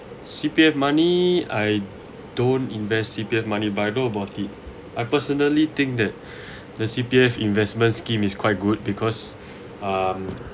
C_P_F money I don't invest C_P_F money but I know about it I personally think that the C_P_F investment scheme is quite good because um